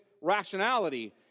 rationality